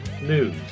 news